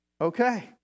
okay